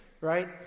right